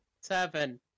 Seven